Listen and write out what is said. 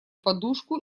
подушку